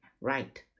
Right